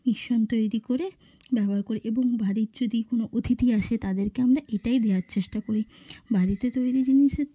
mission তৈরি করে ব্যবহার করি এবং বাড়ির যদি কোনো অতিথি আসে তাদেরকে আমরা এটাই দেয়ার চেষ্টা করি বাড়িতে তৈরি জিনিসের